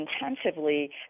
intensively